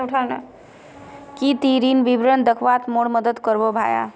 की ती ऋण विवरण दखवात मोर मदद करबो भाया